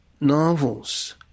Novels